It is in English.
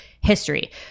history